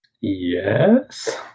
Yes